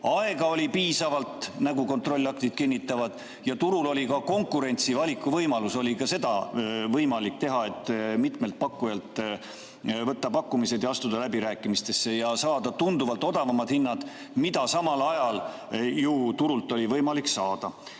aega oli piisavalt, nagu kontrollaktid kinnitavad, ja turul oli ka konkurents, valikuvõimalus, oli võimalik teha seda, et mitmelt pakkujalt võtta pakkumised ja astuda läbirääkimistesse ja saada tunduvalt odavamad hinnad, mida samal ajal ju turult oli võimalik saada.